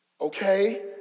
Okay